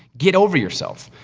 get over yourself.